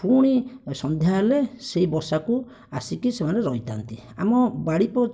ପୁଣି ସନ୍ଧ୍ୟାହେଲେ ସେହି ବସାକୁ ଆସିକି ସେମାନେ ରହିଥାନ୍ତି ଆମ ବାଡ଼ି